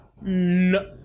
no